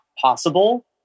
possible